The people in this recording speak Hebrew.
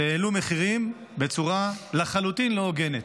והעלו מחירים בצורה לחלוטין לא הוגנת.